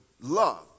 love